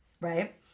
right